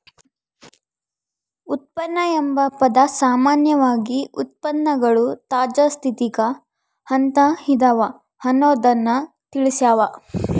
ಉತ್ಪನ್ನ ಎಂಬ ಪದ ಸಾಮಾನ್ಯವಾಗಿ ಉತ್ಪನ್ನಗಳು ತಾಜಾ ಸ್ಥಿತಿಗ ಅಂತ ಇದವ ಅನ್ನೊದ್ದನ್ನ ತಿಳಸ್ಸಾವ